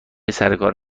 سرکار